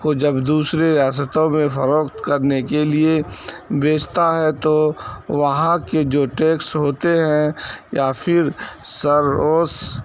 کو جب دوسرے ریاستوں میں فروخت کرنے کے لیے بیچتا ہے تو وہاں کے جو ٹیکس ہوتے ہیں یا پھر سروس